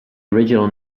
original